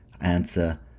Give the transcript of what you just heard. answer